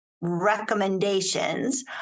recommendations